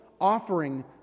offering